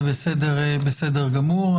זה בסדר גמור.